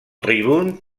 tribune